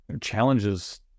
challenges